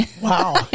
wow